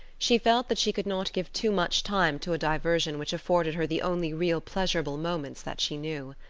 she felt that she could not give too much time to a diversion which afforded her the only real pleasurable moments that she knew.